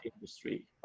industry